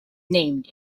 named